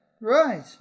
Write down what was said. Right